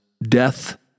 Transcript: Death